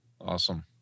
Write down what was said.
Awesome